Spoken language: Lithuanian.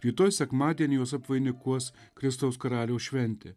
rytoj sekmadienį juos apvainikuos kristaus karaliaus šventė